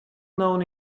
known